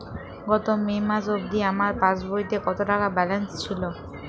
গত মে মাস অবধি আমার পাসবইতে কত টাকা ব্যালেন্স ছিল?